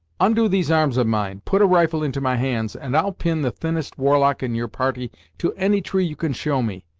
ondo these arms of mine, put a rifle into my hands, and i'll pin the thinnest warlock in your party to any tree you can show me,